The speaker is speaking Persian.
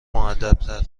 مودبتر